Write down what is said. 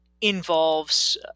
involves